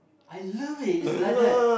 I love it it's like that